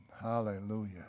hallelujah